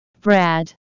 Brad